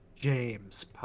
James